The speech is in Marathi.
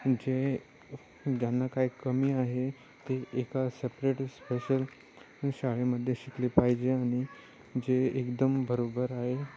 जे ज्यांना काही कमी आहे ते एका सेपरेट स्पेशल शाळेमध्ये शिकले पाहिजे आणि जे एकदम बरोबर आहे